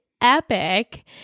epic